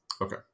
Okay